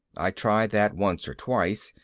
i've tried that once or twice.